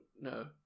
No